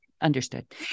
understood